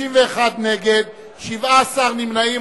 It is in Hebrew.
51 נגד, 17 נמנעים.